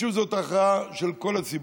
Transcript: משום שזאת הכרעה של כל הציבור,